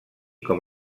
com